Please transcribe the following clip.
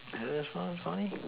anyone else find it funny